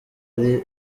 ari